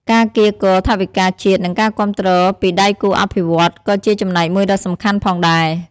ការកៀរគរថវិកាជាតិនិងការគាំទ្រពីដៃគូអភិវឌ្ឍន៍ក៏ជាចំណែកមួយដ៏សំខាន់ផងដែរ។